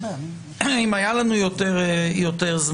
אם היה לנו יותר זמן,